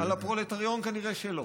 על הפרולטריון כנראה שלא.